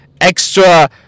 extra